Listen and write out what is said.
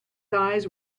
eyes